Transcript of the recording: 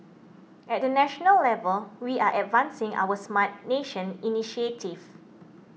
at the national level we are advancing our Smart Nation initiative